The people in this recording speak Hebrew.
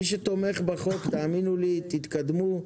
מי שתומך בחוק תאמינו לי, תתקדמו.